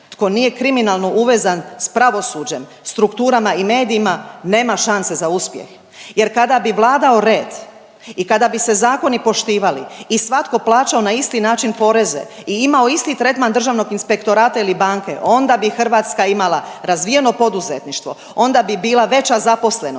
tko nije kriminalno uvezan s pravosuđem, strukturama i medijima, nema šanse za uspjeh jer kada bi vladao red i kada bi se zakoni poštivali i svatko plaćao na isti način poreze i imao isti tretman državnog inspektorata ili banke, onda bi Hrvatska imala razvijeno poduzetništvo, onda bi bila veća zaposlenost,